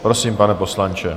Prosím, pane poslanče.